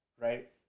right